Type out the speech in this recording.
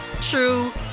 true